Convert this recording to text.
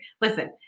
listen